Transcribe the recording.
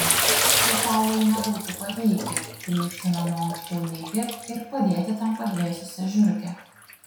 tai paului nebūtų pavykę grįžti namo anksčiau nei ji ir padėti ten padvėsusią žiurkę